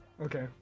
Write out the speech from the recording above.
Okay